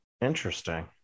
Interesting